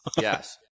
Yes